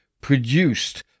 produced